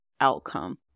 outcome